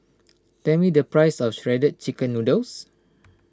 tell me the price of Shredded Chicken Noodles